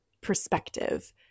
perspective